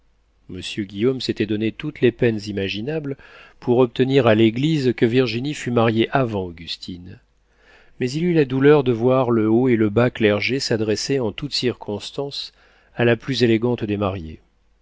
guillaume s'était donné toutes les peines imaginables pour obtenir à l'église que virginie fût mariée avant augustine mais il eut la douleur de voir le haut et le bas clergé s'adresser en toute circonstance à la plus élégante des mariées